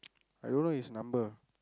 I don't know his number